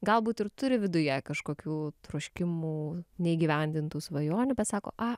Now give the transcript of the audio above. galbūt ir turi viduje kažkokių troškimų neįgyvendintų svajonių bet sako